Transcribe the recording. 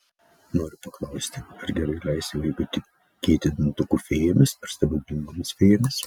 noriu paklausti ar gerai leisti vaikui tikėti dantukų fėjomis ar stebuklingomis fėjomis